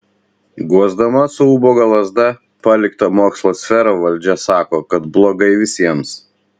guosdama su ubago lazda paliktą mokslo sferą valdžia sako kad blogai visiems